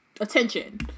attention